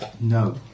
No